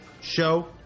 show